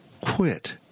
Quit